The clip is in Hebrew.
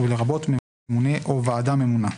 ולרבות ממונה או ועדה ממונה.